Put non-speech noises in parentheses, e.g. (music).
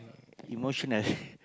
emotional (breath)